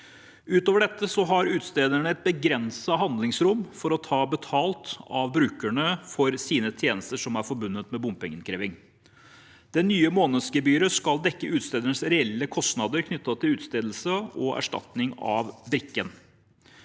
Utover dette har utstederne et begrenset handlingsrom til å ta betalt av brukerne for sine tjenester som er forbundet med bompengeinnkreving. Det nye månedsgebyret skal dekke utstedernes reelle kostnader knyttet til utstedelse og erstatning av brikken.